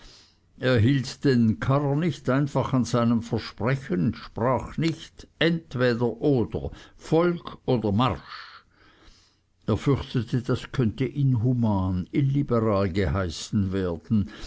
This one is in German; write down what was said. hielt den karrer nicht einfach an seinem versprechen sprach nicht entweder oder folg oder marsch er fürchtete das könnte inhuman illiberal geheißen werden